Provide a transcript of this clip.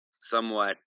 somewhat